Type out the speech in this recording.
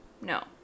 No